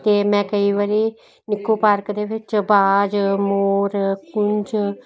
ਅਤੇ ਮੈਂ ਕਈ ਵਾਰੀ ਨਿੱਕੂ ਪਾਰਕ ਦੇ ਵਿੱਚ ਬਾਜ ਮੋਰ ਕੁੰਚ